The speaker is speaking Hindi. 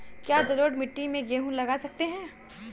क्या जलोढ़ मिट्टी में गेहूँ लगा सकते हैं?